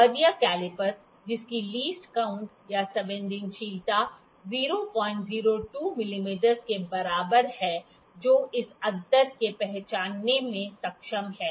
vernier caliper जिसकी least count या संवेदनशीलता 002 मिमी के बराबर है जो इस अंतर को पहचानने में सक्षम है